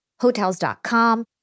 Hotels.com